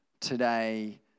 today